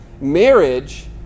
Marriage